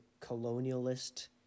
colonialist